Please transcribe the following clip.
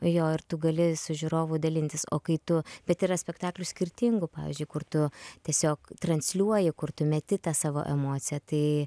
jo ir tu gali su žiūrovu dalintis o kai tu bet yra spektaklių skirtingų pavyzdžiui kur tu tiesiog transliuoji kur tu meti tą savo emociją tai